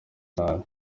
cyane